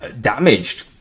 damaged